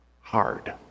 hard